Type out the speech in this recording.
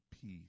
peace